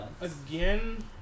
Again